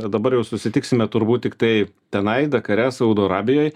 dabar jau susitiksime turbūt tiktai tenai dakare saudo arabijoj